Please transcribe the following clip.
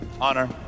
honor